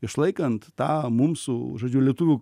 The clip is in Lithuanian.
išlaikant tą mums su žodžiu lietuvių